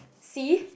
see